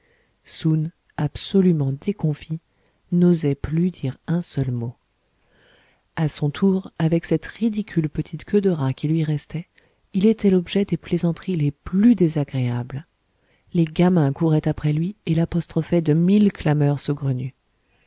soun absolument déconfit n'osait plus dire un seul mot a son tour avec cette ridicule petite queue de rat qui lui restait il était l'objet des plaisanteries les plus désagréables les gamins couraient après lui et l'apostrophaient de mille clameurs saugrenues